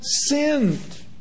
sinned